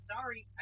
Sorry